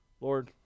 Lord